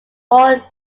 born